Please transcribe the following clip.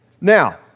Now